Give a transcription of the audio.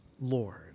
Lord